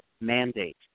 mandate